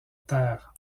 terre